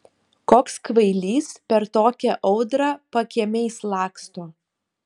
koks kvailys per tokią audrą pakiemiais laksto